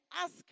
ask